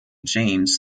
james